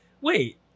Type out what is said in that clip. wait